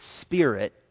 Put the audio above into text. Spirit